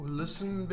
listen